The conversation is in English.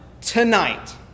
tonight